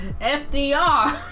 FDR